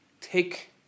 take